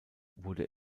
wurde